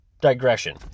digression